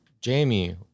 Jamie